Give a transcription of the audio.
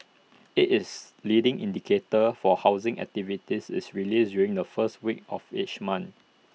IT is leading indicator for housing activity is released during the first week of each month